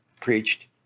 preached